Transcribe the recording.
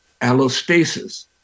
allostasis